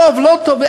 טוב, לא טוב.